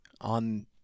on